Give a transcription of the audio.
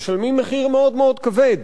משלמים מחיר מאוד מאוד כבד.